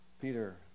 Peter